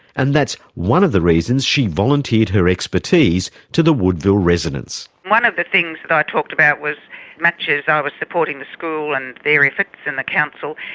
and that's one of the reasons she volunteered her expertise to the woodville residents. one of the things that i talked about was much as i was supporting the school and their efforts and the council,